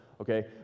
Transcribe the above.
okay